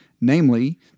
namely